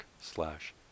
slash